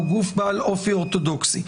הוא גוף בעל אופי אורתודוקסי,